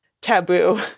Taboo